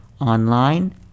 online